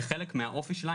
כחלק מהאופי שלה,